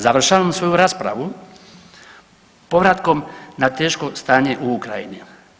Završavam svoju raspravu povratkom na teško stanje u Ukrajini.